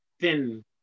thin